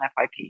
FIP